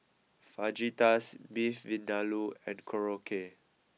Fajitas Beef Vindaloo and Korokke